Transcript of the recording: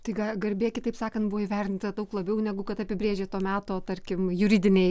tai ką garbė kitaip sakant buvo įvertinta daug labiau negu kad apibrėžė to meto tarkim juridiniai